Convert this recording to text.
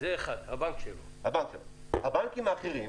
הבנקים האחרים,